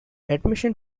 admission